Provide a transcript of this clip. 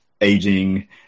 aging